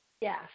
Yes